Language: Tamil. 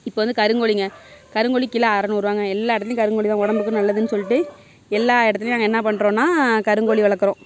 இப்போ வந்து கருங்கோழிங்க கருங்கோழி கிலோ அறுநூறுவாங்க எல்லா இடத்துலேயும் கருங்கோழி தான் உடம்புக்கும் நல்லதுன்னு சொல்லிவிட்டு எல்லா இடத்துலேயும் நாங்கள் என்ன பண்றோம்னால் கருங்கோழி வளர்க்குறோம்